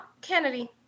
Kennedy